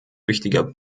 wichtiger